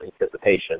anticipation